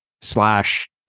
slash